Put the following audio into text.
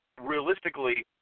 realistically